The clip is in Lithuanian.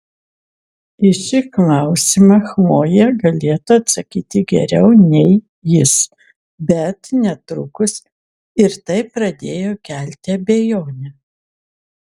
į šį klausimą chlojė galėtų atsakyti geriau nei jis bet netrukus ir tai pradėjo kelti abejonę